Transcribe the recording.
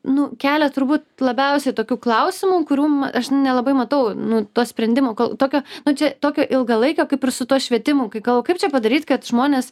nu kelia turbūt labiausiai tokių klausimų kurių aš nelabai matau nu to sprendimo tokio na čia tokio ilgalaikio kaip ir su tuo švietimu kai kalba kaip čia padaryt kad žmonės